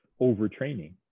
overtraining